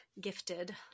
gifted